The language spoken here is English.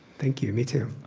thank you. me, too.